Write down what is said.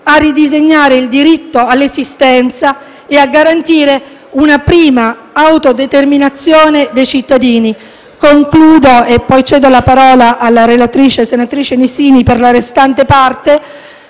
a ridisegnare il diritto all'esistenza e a garantire una piena autodeterminazione dei cittadini. Concludo - e poi cedo la parola alla relatrice, senatrice Nisini, per la relazione